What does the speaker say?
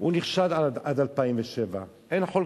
נכשל עד 2007, אין חולקים,